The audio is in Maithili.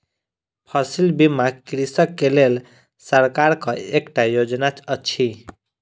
फसिल बीमा कृषक के लेल सरकारक एकटा योजना अछि